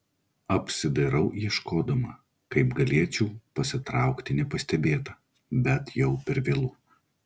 apsidairau ieškodama kaip galėčiau pasitraukti nepastebėta bet jau per vėlu